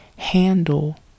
Handle